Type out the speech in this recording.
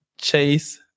Chase